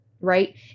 right